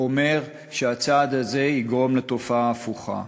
אומר שהצעד הזה יגרום לתופעה ההפוכה.